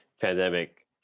pandemic